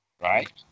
right